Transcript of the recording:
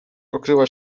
okryła